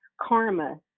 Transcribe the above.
Karma